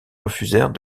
refusèrent